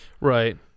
right